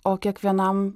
o kiekvienam